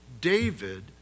David